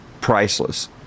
priceless